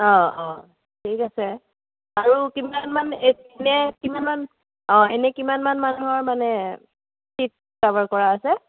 অ' অ' ঠিক আছে আৰু কিবা এনে কিমানমান অ' এনে কিমানমান মানুহৰ মানে ছিট কাভাৰ কৰা আছে